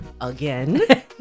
again